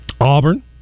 Auburn